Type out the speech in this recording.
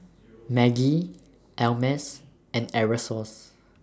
Maggi Ameltz and Aerosoles